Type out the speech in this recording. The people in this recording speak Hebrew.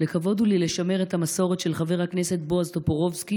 לכבוד הוא לי לשמר את המסורת של חבר הכנסת בועז טופורובסקי,